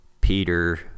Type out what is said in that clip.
Peter